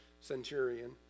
centurion